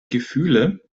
gefühle